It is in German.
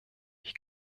ich